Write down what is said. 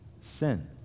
sin